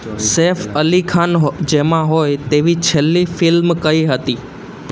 સૈફ અલી ખાન જેમાં હોય તેવી છેલ્લી ફિલ્મ કઈ હતી